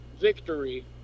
Victory